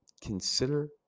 consider